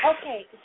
Okay